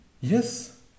Yes